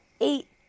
eight